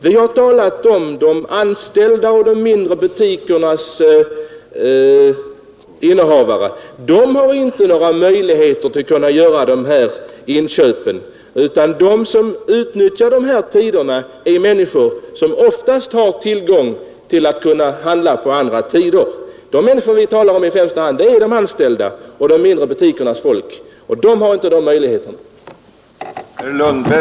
Vi har talat om de anställda och de mindre butikernas innehavare: de har inga möjligheter att göra inköp på kvällarna. De som utnyttjar tiden efter 18.00 är människor som oftast har möjlighet att handla på andra tider. Men de människor vi talar om är i första hand de anställda och de mindre butikernas innehavare. De har inte dessa möjligheter.